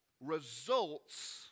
results